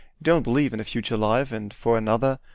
don't believe in a future life, and for another,